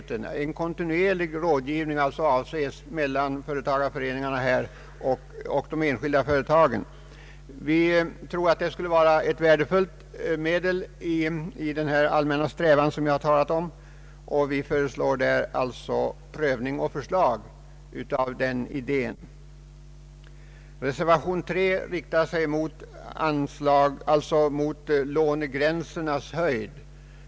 Man vill alltså ha en kontinuerlig rådgivning från företagareföreningarna till de enskilda företagen. Vi tror att det skulle vara ett värdefullt medel i den allmänna strävan som jag har talat om. Vi vill alltså ha till stånd en prövning av den idén och ett förslag i samma syfte. Reservationen 3 riktar sig mot lånegränsernas nivå.